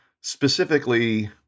specifically